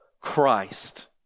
Christ